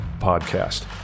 Podcast